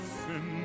sin